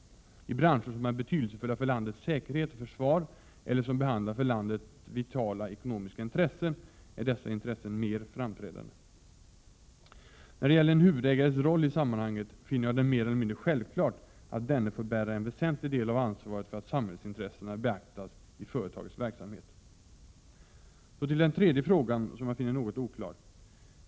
I branscher som är betydelsefulla för landets säkerhet och försvar eller som behandlar för landet vitala ekonomiska intressen är dessa intressen mer framträdande. När det gäller en huvudägares roll i sammanhanget finner jag det mer eller 53 mindre självklart att denne får bära en väsentlig del av ansvaret för att samhällsintressena beaktas i företagets verksamhet. Så till den tredje frågan, som jag finner något oklar.